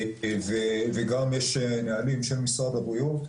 וגם יש נהלים של משרד הבריאות,